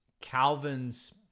Calvin's